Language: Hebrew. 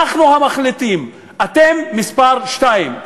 אנחנו המחליטים, אתם מספר שתיים.